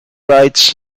writes